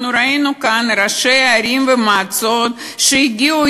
ראינו כאן ראשי ערים ומועצות שהגיעו